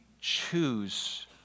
choose